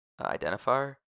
identifier